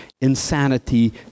insanity